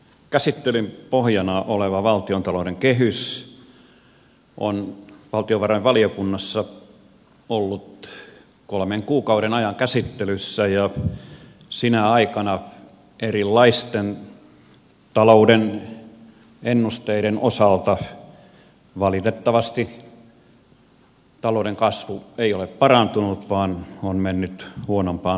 käsittelyn pohjana oleva valtiontalouden kehys on valtiovarainvaliokunnassa ollut kolmen kuukauden ajan käsittelyssä ja sinä aikana erilaisten talouden ennusteiden osalta valitettavasti talouden kasvu ei ole parantunut vaan on mennyt huonompaan suuntaan